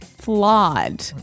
flawed